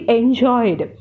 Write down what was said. enjoyed